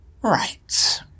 Right